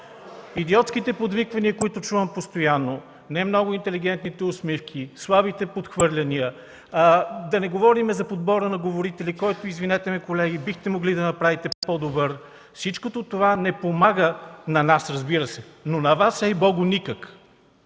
Идиотските подвиквания, които чувам постоянно, не много интелигентните усмивки, слабите подхвърляния, да не говорим за подбора на говорители, който, извинете ме, колеги, бихте могли да направите по-добър – всичкото това не помага на нас, разбира се. А на Вас, ей Богу, никак!